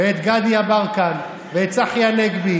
ואת גדי יברקן ואת צחי הנגבי,